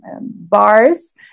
bars